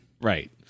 Right